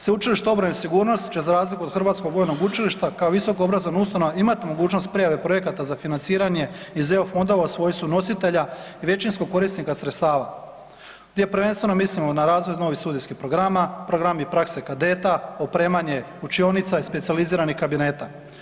Sveučilište obrane i sigurnosti će za razliku od Hrvatskog vojnog učilišta kao visoko obrazovana ustanova imati mogućnost prijave projekata za financiranje iz EU fondova u svojstvu nositelja i većinskog korisnika sredstava gdje prvenstveno mislimo na razvoj novih studijskih programa, programi i prakse kadeta, opremanje učionica i specijaliziranih kabineta.